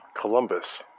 Columbus